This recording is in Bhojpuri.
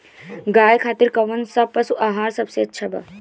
गाय खातिर कउन सा पशु आहार सबसे अच्छा बा?